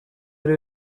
ari